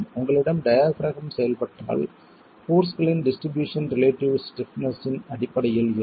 உங்களிடம் டியபிறகம் செயல்பட்டால் போர்ஸ்களின் டிஸ்ட்ரிபியூஷன் ரிலேட்டிவ் ஸ்டிப்னஸ் இன் அடிப்படையில் இருக்கும்